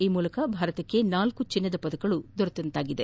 ಈ ಮೂಲಕ ಭಾರತಕ್ಕೆ ನಾಲ್ತು ಚಿನ್ನದ ಪದಕಗಳು ದೊರೆತಂತಾಗಿದೆ